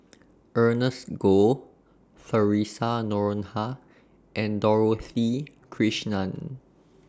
Ernest Goh Theresa Noronha and Dorothy Krishnan